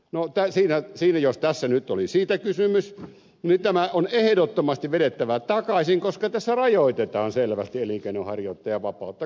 no jos tässä nyt oli siitä kysymys niin tämä on ehdottomasti vedettävä takaisin koska tässä rajoitetaan selvästi elinkeinonharjoittajan vapautta